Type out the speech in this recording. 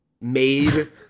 Made